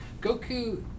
Goku